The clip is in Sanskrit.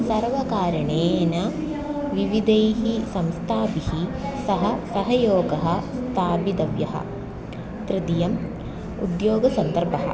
सर्वकारणेन विविधैः संस्थाभिः सह सहयोगः स्थापितव्यः तृतीयम् उद्योगसन्दर्भः